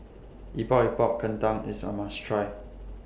Epok Epok Kentang IS A must Try